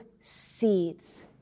seeds